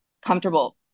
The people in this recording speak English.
comfortable